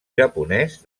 japonès